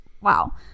wow